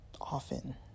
often